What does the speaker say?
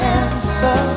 answer